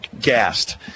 gassed